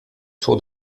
tour